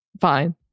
Fine